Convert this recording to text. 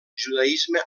judaisme